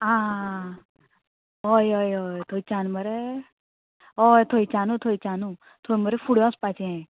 आं हय हय हय थंयच्यान मरे हय थंयच्यानू थंयच्यानू थंय मरे फुडें वचपाचें